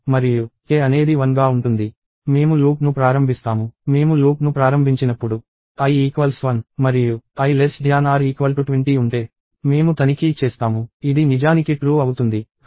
మేము లూప్ను ప్రారంభిస్తాము మేము లూప్ను ప్రారంభించినప్పుడు i 1 మరియు i 20 ఉంటే మేము తనిఖీ చేస్తాము ఇది నిజానికి ట్రూ అవుతుంది